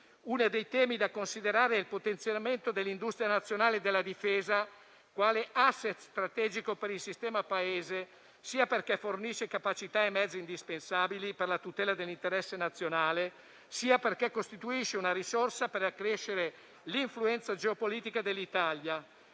Uno dei temi da considerare è il potenziamento dell'industria nazionale della difesa quale *asset* strategico per il sistema Paese, sia perché fornisce capacità e mezzi indispensabili per la tutela dell'interesse nazionale, sia perché costituisce una risorsa per accrescere l'influenza geopolitica dell'Italia.